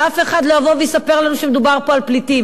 שאף אחד לא יבוא ויספר לנו שמדובר פה על פליטים.